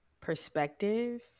perspective